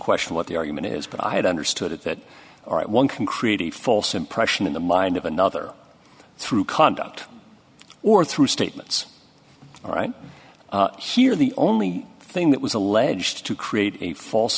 question what the argument is but i had understood that all right one can create a false impression in the mind of another through conduct or through statements right here the only thing that was alleged to create a false